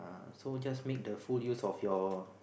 uh so just make the full use of your